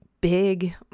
big